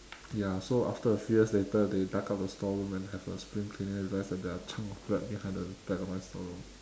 ya so after a few years later they dug out the storeroom and have a spring cleaning and realised there are chunk of bread behind the back of my store room